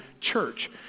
church